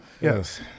Yes